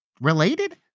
related